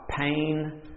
pain